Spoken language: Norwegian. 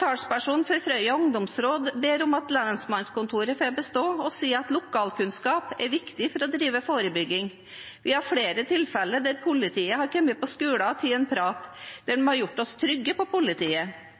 Talspersonen for Frøya ungdomsråd ber om at lensmannskontoret får bestå, og sier at lokalkunnskap er viktig for å drive forebygging: «Vi har flere tilfeller der politiet har kommet på skolene og tatt av en prat med elever og beboere som har gjort oss mer trygge på politiet